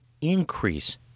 increase